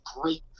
great